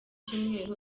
cyumweru